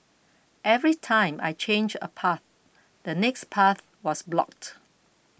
every time I change a path the next path was blocked